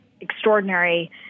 extraordinary